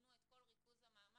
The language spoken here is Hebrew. יכוונו את כל ריכוז המאמץ,